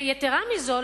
יתירה מזאת,